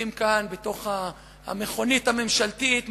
יושבים כאן בתוך המכונית הממשלתית,